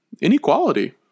Inequality